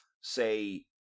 say